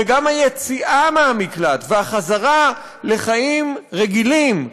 וגם היציאה מהמקלט והחזרה לחיים רגילים,